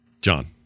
John